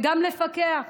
וגם לפקח,